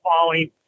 falling